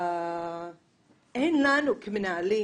אין לנו כמנהלים